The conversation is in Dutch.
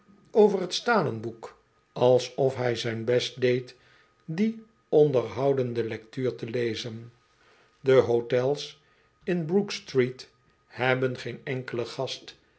over t stalen boek alsof hij zijn best deed die onderhoudende lectuur te lezen de hotels in brookstreet hebben geen enkelen gast